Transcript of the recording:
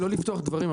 לא לפתוח דברים,